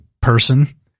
person